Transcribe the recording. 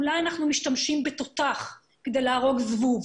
אולי אנחנו בכלל משתמשים בתותח כדי להרוג זבוב?